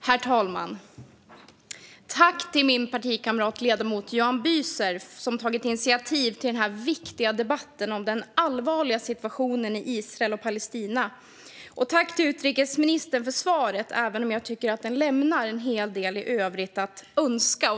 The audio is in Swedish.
Herr talman! Jag vill säga tack till min partikamrat, ledamoten Johan Büser, som tagit initiativ till denna viktiga debatt om den allvarliga situationen i Israel och Palestina, och tack till utrikesministern för svaret, även om jag tycker att det lämnar en hel del i övrigt att önska.